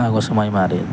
ആഘോഷമായി മാറിയത്